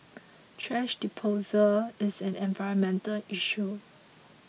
thrash disposal is an environmental issue